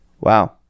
Wow